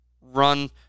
run